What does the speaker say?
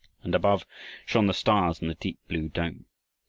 and above shone the stars in the deep blue dome.